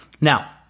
Now